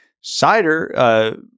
Cider